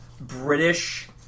British